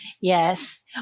Yes